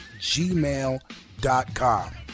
gmail.com